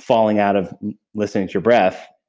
falling out of listening to your breath,